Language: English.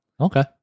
Okay